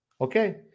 Okay